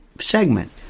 segment